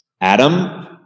Adam